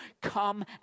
come